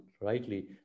rightly